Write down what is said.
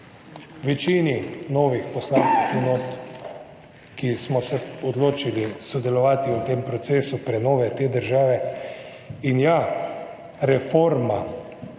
večini novih poslanskih enot, ki smo se odločili sodelovati v tem procesu prenove te države? Ja, reforma,